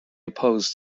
opposed